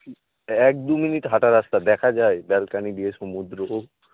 এক দু মিনিট হাঁটা রাস্তা দেখা যায় ব্যালকনি দিয়ে সমুদ্র